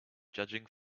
judging